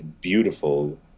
beautiful